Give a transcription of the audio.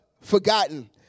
forgotten